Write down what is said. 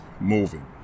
moving